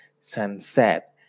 Sunset